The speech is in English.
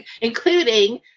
including